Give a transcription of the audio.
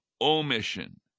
omission